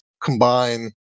combine